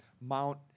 Mount